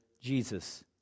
Jesus